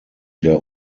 der